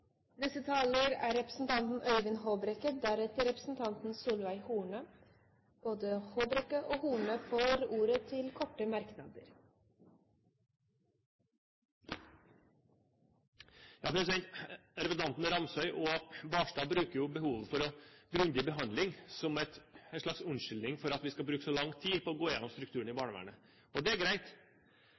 Representanten Øyvind Håbrekke har hatt ordet to ganger og får ordet til en kort merknad, begrenset til 1 minutt. Representantene Ramsøy og Barstad bruker behovet for grundig behandling som en slags unnskyldning for at vi skal bruke så lang tid på å gå igjennom strukturen i barnevernet. Det er greit,